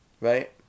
right